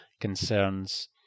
concerns